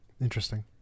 Interesting